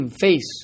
face